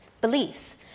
beliefs